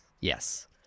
Yes